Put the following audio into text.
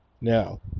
Now